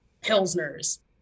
Pilsner's